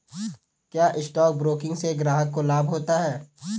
क्या stock broking से ग्राहक को लाभ होता है?